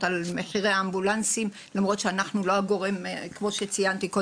על מחירי האמבולנסים למרות שאנחנו לא הגורם שמפקח.